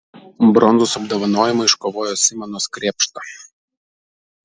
bronzos apdovanojimą iškovojo simonas krėpšta